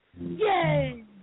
Yay